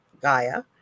Gaia